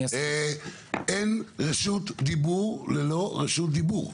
אין רשות דיבור לא רשות דיבור.